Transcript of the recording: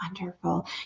Wonderful